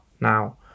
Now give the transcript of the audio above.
now